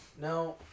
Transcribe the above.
Now